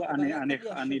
דרך-אגב, ---.